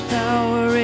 power